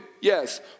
Yes